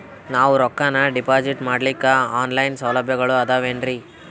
ನಾವು ರೊಕ್ಕನಾ ಡಿಪಾಜಿಟ್ ಮಾಡ್ಲಿಕ್ಕ ಆನ್ ಲೈನ್ ಸೌಲಭ್ಯಗಳು ಆದಾವೇನ್ರಿ?